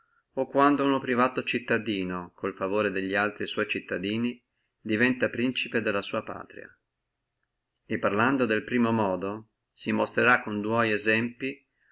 o quando uno privato cittadino con il favore delli altri sua cittadini diventa principe della sua patria e parlando del primo modo si monstrerrà con dua esempli